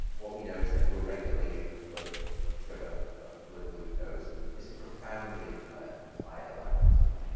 what we know is that your regulation of blood sugar, of blood glucose is profoundly impaired by a lack of sleep.